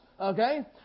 Okay